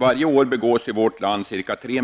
Varje år begås i vårt land ca 3